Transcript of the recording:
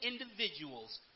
individuals